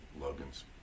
Logan's